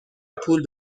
پول